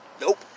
Nope